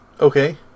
Okay